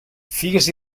figues